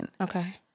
Okay